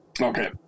Okay